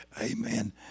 amen